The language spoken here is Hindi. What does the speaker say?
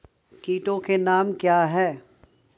कीटों के नाम क्या हैं?